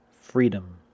freedom